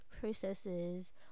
processes